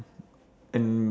and